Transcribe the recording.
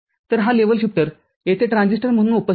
तर हा level shifter येथे ट्रान्झिस्टर म्हणून उपस्थित आहे